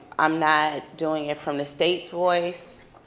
i'm not doing it from the state's voice.